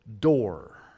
door